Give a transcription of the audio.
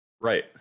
Right